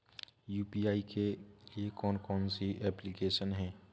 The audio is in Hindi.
यू.पी.आई के लिए कौन कौन सी एप्लिकेशन हैं?